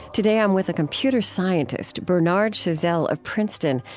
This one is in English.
today i'm with a computer scientist, bernard chazelle of princeton,